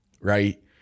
Right